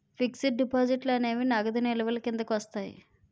fixed డిపాజిట్లు అనేవి నగదు నిల్వల కింద వస్తాయి